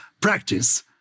practice